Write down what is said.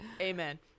Amen